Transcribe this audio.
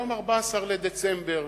היום 14 בדצמבר.